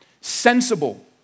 Sensible